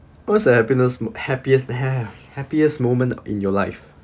what's your happiness happiest ha~ happiest moment in your life